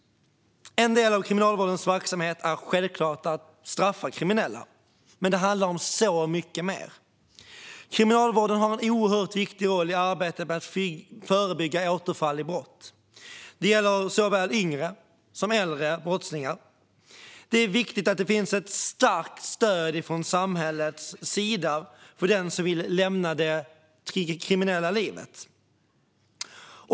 En del av Kriminalvårdens verksamhet är självklart att straffa kriminella, men det handlar om så mycket mer. Kriminalvården har en oerhört viktig roll i arbetet med att förebygga återfall i brott. Det gäller såväl yngre som äldre brottslingar. Det är viktigt att det finns ett starkt stöd från samhällets sida för den som vill lämna det kriminella livet.